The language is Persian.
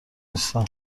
نیستم